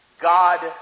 God